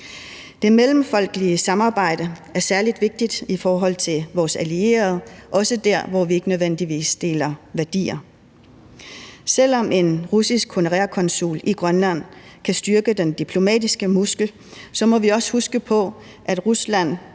Det mellemfolkelige samarbejde er særlig vigtigt i forhold til vores allierede, også der, hvor vi ikke nødvendigvis deler værdier. Selv om en russisk honorær konsul i Grønland kan styrke den diplomatiske muskel, må vi også huske på, at Rusland